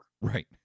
Right